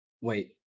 Wait